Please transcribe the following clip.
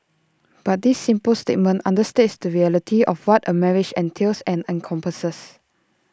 but this simple statement understates the reality of what A marriage entails and encompasses